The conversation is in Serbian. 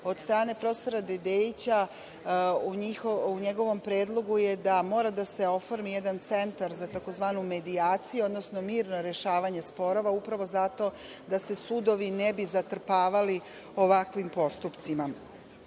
od strane profesora Dedeića, u njegovom predlogu je da mora da se oformi jedan centar za tzv. medijaciju, odnosno mirno rešavanje sporova, upravo zato da se sudovi ne bi zatrpavali ovakvim postupcima. Vrlo